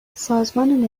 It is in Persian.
سازمان